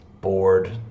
bored